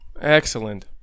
Excellent